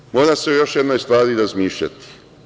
Dalje, mora se o još jednoj stvari razmišljati.